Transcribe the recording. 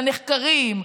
על הנחקרים,